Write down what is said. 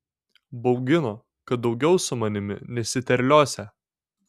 baugino kad daugiau su manimi nesiterliosią